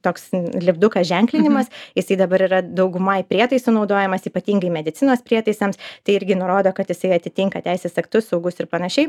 toks lipdukas ženklinimas jisai dabar yra daugumoj prietaisų naudojamas ypatingai medicinos prietaisams tai irgi nurodo kad jisai atitinka teisės aktus saugus ir panašiai